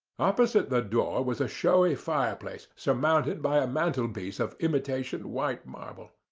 opposite the door was a showy fireplace, surmounted by a mantelpiece of imitation white marble.